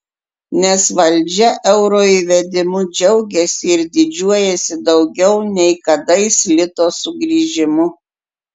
nes valdžia euro įvedimu džiaugiasi ir didžiuojasi daugiau nei kadais lito sugrįžimu